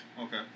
Okay